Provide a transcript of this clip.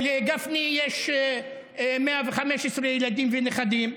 לגפני יש 115 ילדים ונכדים,